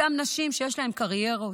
אותן נשים שיש להן קריירות,